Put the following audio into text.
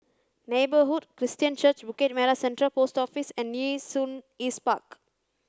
Neighbourhood Christian Church Bukit Merah Central Post Office and Nee Soon East Park